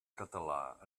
català